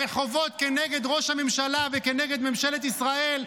ברחובות כגד ראש הממשלה וכנגד ממשלת ישראל,